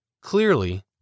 Clearly